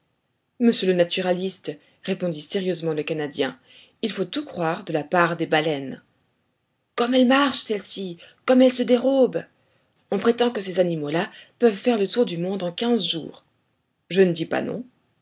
monsieur le naturaliste répondit sérieusement le canadien il faut tout croire de la part des baleines comme elle marche celle-ci comme elle se dérobe on prétend que ces animaux-là peuvent faire le tour du monde en quinze jours je ne dis pas non